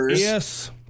Yes